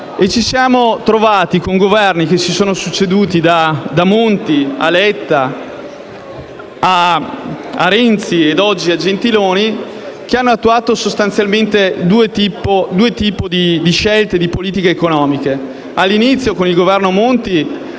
e quella precedente. I Governi che si sono succeduti - da Monti a Letta, a Renzi ed oggi a Gentiloni Silveri - hanno attuato sostanzialmente due tipi di scelte e di politiche economiche: all'inizio, con il Governo Monti,